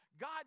God